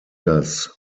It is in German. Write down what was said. das